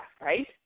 Right